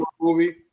movie